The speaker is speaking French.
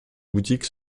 boutiques